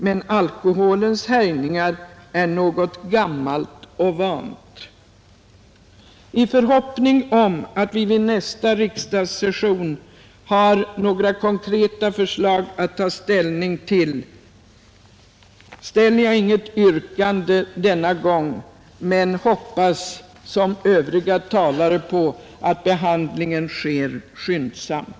Men alkoholens härjningar är något gammalt och vant.” I förhoppning om att vi vid nästa riksdagssession har några konkreta förslag att ta ställning till har jag inget yrkande denna gång men hoppas som Övriga talare på att behandlingen sker skyndsamt.